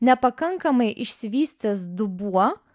nepakankamai išsivystęs dubuo